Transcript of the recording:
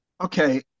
Okay